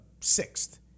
sixth